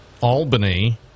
Albany